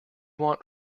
want